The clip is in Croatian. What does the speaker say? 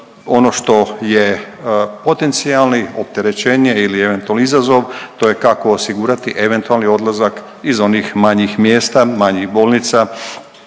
ono što je potencijalni opterećenje ili eventualni izazov, to je kako osigurati eventualni odlazak iz onih manjih mjesta, manjih bolnica